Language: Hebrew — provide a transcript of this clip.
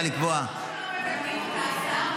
לקבוע --- לא רק שלא מקדמים את ההצעה,